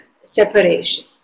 separation